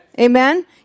Amen